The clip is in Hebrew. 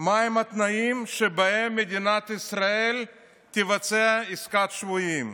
מהם התנאים שבהם מדינת ישראל תבצע עסקת שבויים.